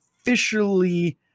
officially –